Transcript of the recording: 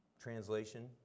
Translation